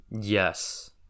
Yes